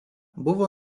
buvo